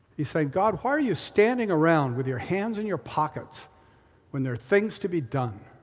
he's saying, god, why are you standing around with your hands in your pockets when there are things to be done?